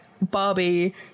barbie